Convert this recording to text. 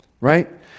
right